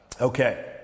Okay